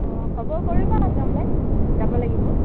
অ' খবৰ কৰিবা তেনেহ'লে যাব লাগিব